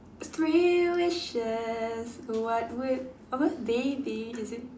three wishes what would apa they be is it